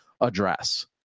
address